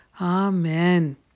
Amen